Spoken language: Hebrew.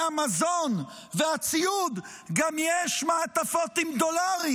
המזון והציוד יש גם מעטפות עם דולרים?